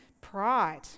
pride